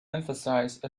emphasize